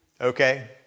Okay